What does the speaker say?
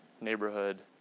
neighborhood